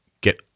get